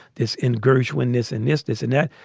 this in gershwin, this and this, this and that.